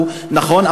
הוא נכון,